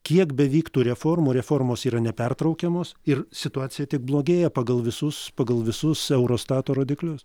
kiek bevyktų reformų reformos yra nepertraukiamos ir situacija tik blogėja pagal visus pagal visus eurostato rodiklius